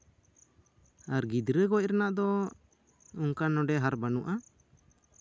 ᱟᱨ ᱜᱤᱫᱽᱨᱟᱹ ᱜᱚᱡ ᱨᱮᱱᱟᱜ ᱫᱚ ᱚᱱᱠᱟᱱ ᱱᱚᱸᱰᱮ ᱵᱟᱱᱩᱜᱼᱟ